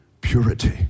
purity